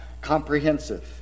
comprehensive